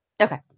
Okay